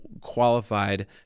qualified